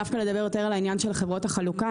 לגבי חברות החלוקה,